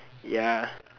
ya